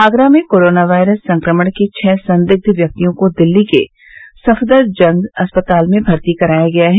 आगरा में corona virus संक्रमण के छह संदिग्ध व्यक्तियों को दिल्ली के सफदरजंग अस्पताल में भर्ती कराया गया है